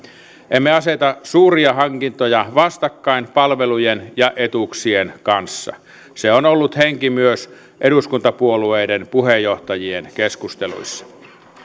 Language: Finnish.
emme aseta suuria hankintoja vastakkain palvelujen ja etuuksien kanssa se on ollut henki myös eduskuntapuolueiden puheenjohtajien keskusteluissa